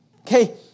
Okay